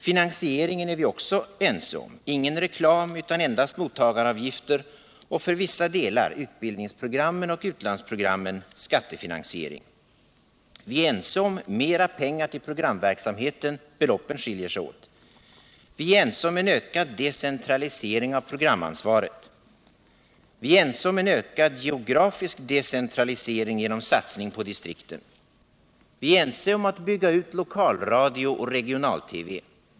Finansieringen är vi också ense om; ingen reklam utan endast mottagaravgifter och för vissa delar — utbildningsprogram och utlandsprogram — skattefinansiering. Vi är ense om mera pengar till programverksamheten, det är bara beloppen som skiljer sig åt. Vi är också ense om en ökad decentralisering av programansvaret och om en ökad geografisk decentralisering genom satsning på distrikten. Vi är ense om att bygga ut lokalradio och regional-TV.